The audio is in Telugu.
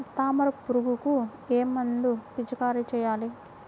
తామర పురుగుకు ఏ మందు పిచికారీ చేయాలి?